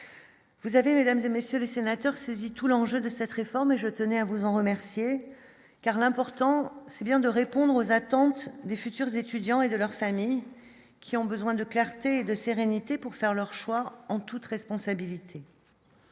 Vous avez l'âme de messieurs les sénateurs, saisi tout l'enjeu de cette réforme et je tenais à vous en remercier car l'important, c'est bien de répondre aux attentes des futurs étudiants et de leurs familles qui ont besoin de clarté, de sérénité pour faire leur choix en toute responsabilité.